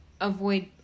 avoid